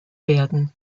werden